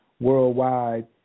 worldwide